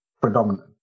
predominant